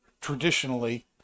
traditionally